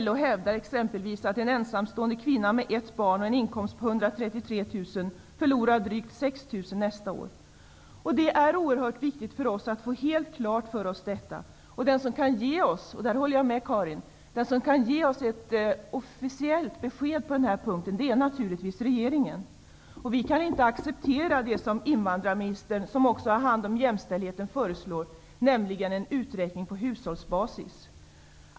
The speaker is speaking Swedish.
LO hävdar exempelvis att en ensamstående kvinna med ett barn och en inkomst på 133 000 kr kommer att förlora drygt 6 000 kr nästa år. Det är oerhört viktigt för oss att få det här klarlagt. Jag håller med Karin Starrin om att det bara är regeringen som kan ge oss ett officiellt besked på den punkten. Vi kan inte acceptera förslaget från invandrarministern -- som också har hand om jämställdhetsfrågorna --, nämligen en uträkning på hushållsbasis.